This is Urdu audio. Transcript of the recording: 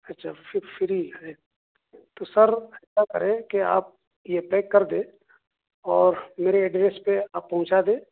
اچھا پھر فری ہے تو سر ایسا کریں کہ آپ یہ پیک کر دیں اور میرے ایڈریس پہ آپ پہنچا دیں